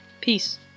Peace